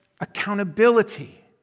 accountability